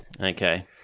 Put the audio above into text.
okay